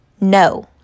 No